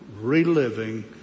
reliving